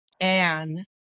Anne